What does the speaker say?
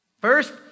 First